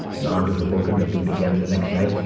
and on to hoboken and do it again the next night.